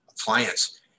appliance